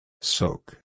Soak